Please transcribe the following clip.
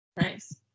Nice